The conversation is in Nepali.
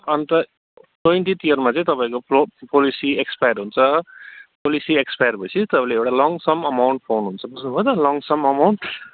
अन्त ट्वेन्टिथ इयरमा चाहिँ तपाईँको पो पोलिसी एक्सपायर हुन्छ पोलिसी एक्सपायर भएपछि तपाईँले एउटा लमसम एमाउन्ट पाउनुहुन्छ बुझ्नुभयो त लमसम एमाउन्ट